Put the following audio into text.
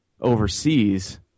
overseas